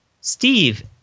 Steve